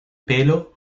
pelo